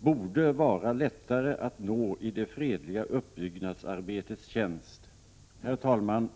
borde vara lättare att nå i det fredliga uppbyggnadsarbetets tjänst. Herr talman!